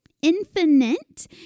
infinite